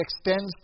extends